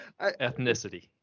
Ethnicity